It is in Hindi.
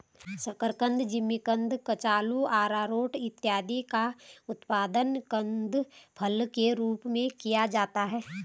शकरकंद, जिमीकंद, कचालू, आरारोट इत्यादि का उत्पादन कंद फसल के रूप में किया जाता है